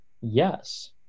yes